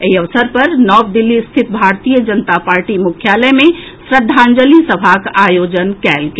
एहि अवसर पर नव दिल्ली स्थित भारतीय जनता पार्टी मुख्यालय मे श्रद्धांजलि सभाक आयोजन कएल गेल